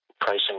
pricing